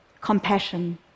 compassion